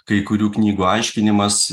kai kurių knygų aiškinimas